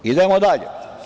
Idemo dalje.